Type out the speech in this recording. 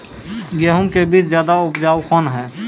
गेहूँ के बीज ज्यादा उपजाऊ कौन है?